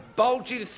bulgy